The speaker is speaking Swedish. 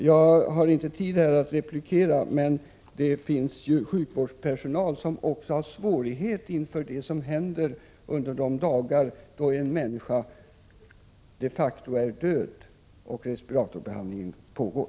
Jag har inte tid att replikera ytterligare, men jag vill framhålla att det finns sjukvårdspersonal som har svårigheter inför det som händer under de dagar då en människa de facto är död, men respiratorbehandling pågår.